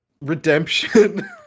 Redemption